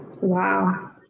Wow